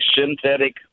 synthetic